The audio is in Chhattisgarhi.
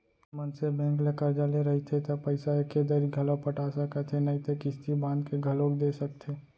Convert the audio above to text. मनसे बेंक ले करजा ले रहिथे त पइसा एके दरी घलौ पटा सकत हे नइते किस्ती बांध के घलोक दे सकथे